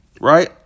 Right